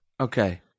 Okay